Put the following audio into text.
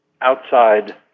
outside